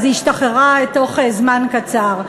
היא השתחררה בתוך זמן קצר.